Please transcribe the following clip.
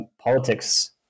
politics